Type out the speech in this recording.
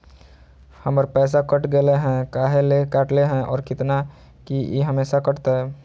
हमर पैसा कट गेलै हैं, काहे ले काटले है और कितना, की ई हमेसा कटतय?